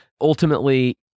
ultimately